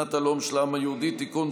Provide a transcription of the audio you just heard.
מדינת הלאום של העם היהודי (תיקון,